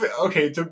okay